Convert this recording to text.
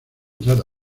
trata